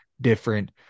different